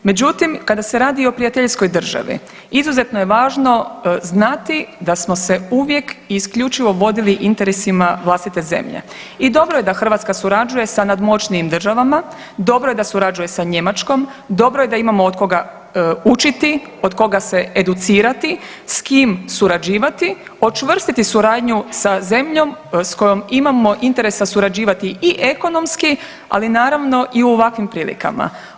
Međutim, kada se radi o prijateljskoj državi izuzetno je važno znati da smo se uvijek i isključivo vodili interesima vlastite zemlje i dobro je da Hrvatska surađuje sa nadmoćnijim državama, dobro je da surađuje sa Njemačkom, dobro je da imamo od koga učiti, od koga se educirati, s kim surađivati, učvrstiti suradnju sa zemljom sa kojom imamo interesa surađivati i ekonomski, ali naravno i u ovakvim prilikama.